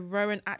Rowan